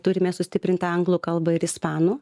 turime sustiprintą anglų kalbą ir ispanų